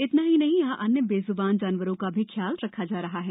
इतना ही नही यहां अन्य बेज्वान जानवरों का भी ख्याल रखा जा रहा है